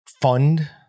fund